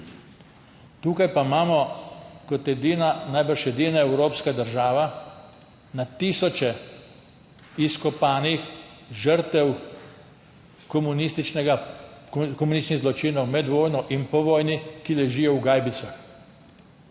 Tukaj pa imamo kot najbrž edina evropska država na tisoče izkopanih žrtev komunističnih zločinov med vojno in po vojni, ki ležijo v gajbicah.